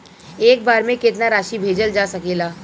एक बार में केतना राशि भेजल जा सकेला?